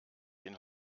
den